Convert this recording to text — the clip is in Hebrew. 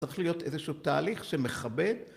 צריך להיות איזה שהוא תהליך שמכבד